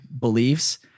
beliefs